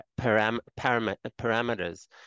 parameters